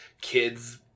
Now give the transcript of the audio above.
kids